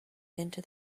into